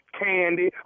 candy